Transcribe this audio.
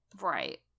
Right